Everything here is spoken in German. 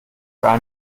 gar